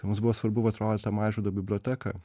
tai mums buvo svarbu vat rodyt tą mažvydo biblioteką